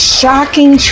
shocking